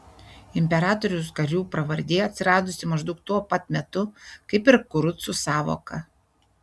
imperatoriaus karių pravardė atsiradusi maždaug tuo pat metu kaip ir kurucų sąvoka